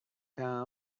come